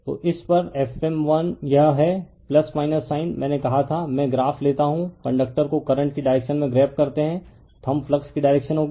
तो इस पर F m1 यह है साइन मैंने कहा था मैं ग्राफ़ लेता हूँ कंडक्टर को करंट की डायरेक्शन में ग्रैब करते हैं थंब फ्लक्स की डायरेक्शन होगी